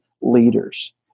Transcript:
leaders